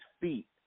feet